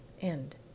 End